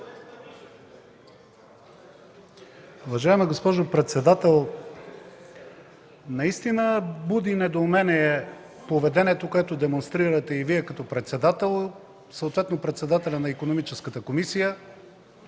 Уважаема госпожо председател, наистина буди недоумение поведението, което демонстрирате и Вие, като председател, съответно и председателят на Икономическата комисия,